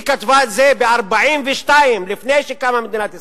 היא כתבה על זה ב-1942, לפני שקמה מדינת ישראל.